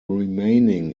remaining